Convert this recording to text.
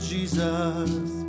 Jesus